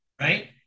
right